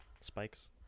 spikes